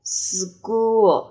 school